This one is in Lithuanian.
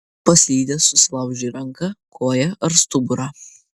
paslydęs susilaužei ranką koją ar stuburą